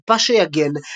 אחמד פאשה יגן,